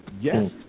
yes